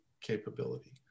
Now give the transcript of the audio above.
capability